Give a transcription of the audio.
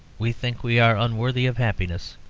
we think we are unworthy of happiness.